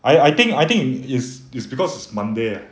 I I think I think is is because monday leh